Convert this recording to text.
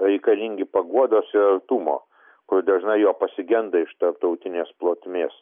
reikalingi paguodos ir artumo kur dažnai jo pasigenda iš tarptautinės plotmės